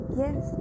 yes